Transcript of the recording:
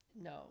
No